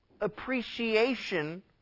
appreciation